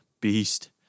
beast